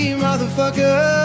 motherfucker